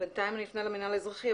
בינתיים אני אפנה למינהל האזרחי,